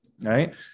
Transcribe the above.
right